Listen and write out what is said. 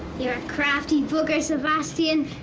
yeah crafty bugger, sebastian.